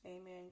Amen